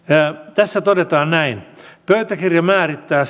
tässä todetaan näin pöytäkirja määrittää